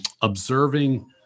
observing